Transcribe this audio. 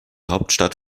hauptstadt